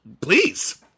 please